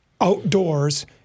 outdoors